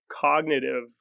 cognitive